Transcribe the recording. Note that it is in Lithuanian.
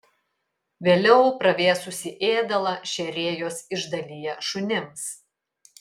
vėliau pravėsusį ėdalą šėrėjos išdalija šunims